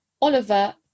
Oliver